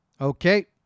Okay